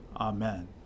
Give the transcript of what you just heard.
Amen